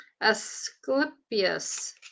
Asclepius